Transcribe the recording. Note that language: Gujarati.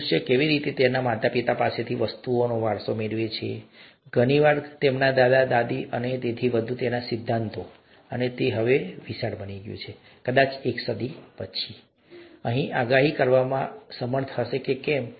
મનુષ્ય કેવી રીતે તેમના માતાપિતા પાસેથી વસ્તુઓનો વારસો મેળવે છે ઘણીવાર તેમના દાદા દાદી અને તેથી વધુ તેના સિદ્ધાંતો અને તે હવે વિશાળ બની ગયું છે કદાચ એક સદી પછી ઘણું એક સદી પછી આગાહી કરવામાં સમર્થ હશે કે કેમ